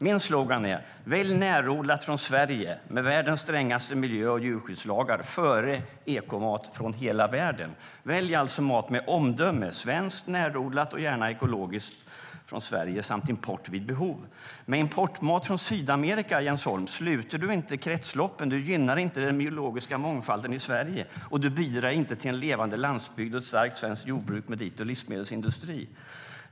Min slogan är: Välj närodlat från Sverige, med världens strängaste miljö och djurskyddslagar, före ekomat från hela världen! Välj alltså mat med omdöme, svensk, närodlad och gärna ekologisk, samt importerad mat vid behov. Med importmat från Sydamerika, Jens Holm, sluter du inte kretsloppen. Du gynnar inte den biologiska mångfalden i Sverige och bidrar inte till en levande landsbygd och ett starkt svenskt jordbruk med dito livsmedelsindustri.